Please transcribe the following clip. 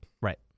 Right